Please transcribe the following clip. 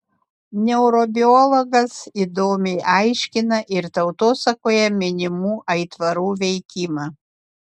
neurobiologas įdomiai aiškina ir tautosakoje minimų aitvarų veikimą